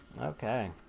Okay